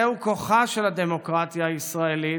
זהו כוחה של הדמוקרטיה הישראלית,